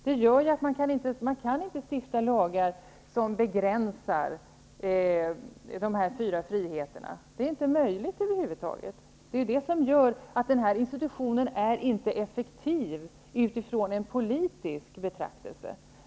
Det gör att man inte kan stifta lagar som begränsar dessa fyra friheter. Det är över huvud taget inte möjligt. Det gör att den här institutionen inte är effektiv utifrån en politisk betraktelse.